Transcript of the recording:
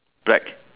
black